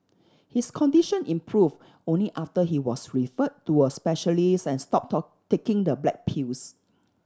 his condition improve only after he was refer to a specialist and stop taking the black pills